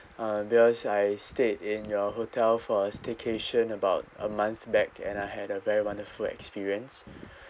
uh because I stayed in your hotel for a staycation about a month back and I had a very wonderful experience